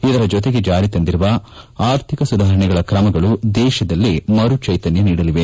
ಇದರ ಜೊತೆಗೆ ಜಾರಿಗೆ ತಂದಿರುವ ಆರ್ಥಿಕ ಸುಧಾರಣಾ ಕ್ರಮಗಳು ದೇಶದಲ್ಲಿ ಮರು ಜೈತನ್ನ ನೀಡಲಿದೆ